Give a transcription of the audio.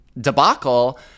debacle